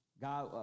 God